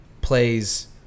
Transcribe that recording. plays